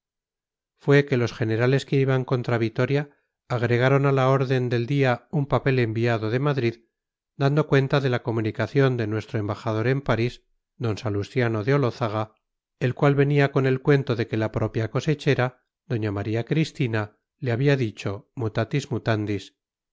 fue que los generales que iban contra vitoria agregaron a la orden del día un papel enviado de madrid dando cuenta de la comunicación de nuestro embajador en parís d salustiano de olózaga el cual venía con el cuento de que la propia cosechera doña maría cristina le había dicho mutatis mutandis